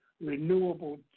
renewable